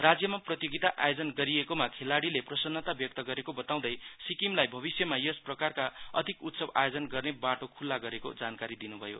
राज्यमा प्रतियोगितामा आयोजन गरेकोमा खेलाड़ीले प्रशन्नता व्यक्त गरेको बताउँदै सिक्किमलाई भविष्यमा यस प्रकारका अधिक उत्सव आयोजन गर्ने बाटो खुल्ला गरेको जानकारी दिनुभयो